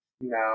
No